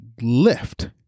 lift